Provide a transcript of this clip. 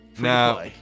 Now